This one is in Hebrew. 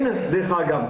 דרך אגב,